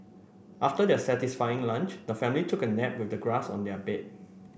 after their satisfying lunch the family took a nap with the grass on their bed